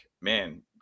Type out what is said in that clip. man